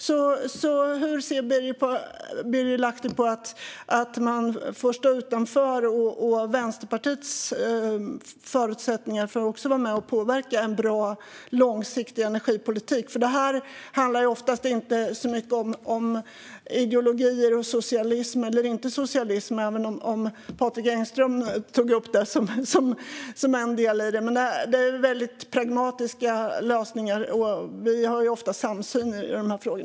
Hur ser Birger Lahti på att Vänsterpartiet får stå utanför och på era förutsättningar att vara med och påverka en bra och långsiktig energipolitik? Detta handlar oftast inte så mycket om ideologier och socialism eller inte socialism, även om Patrik Engström tog upp det som en del i det hela. Men det handlar om mycket pragmatiska lösningar, och vi har ofta samsyn i dessa frågor.